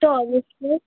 একটা অনুষ্ঠানের